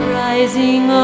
rising